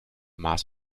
mars